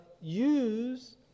use